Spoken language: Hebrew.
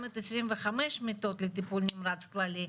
מאות עשרים וחמש מיטות לטיפול נמרץ כללי,